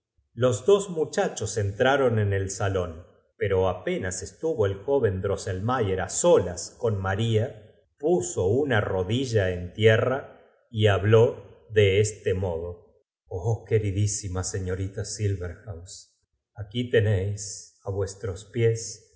los dos muchach os e ntraron en el salón pero apenas es tuvo el joven drosselmaye r á solas con maria puso una rodilla en tierra y habló de este modo trado depositó á los pies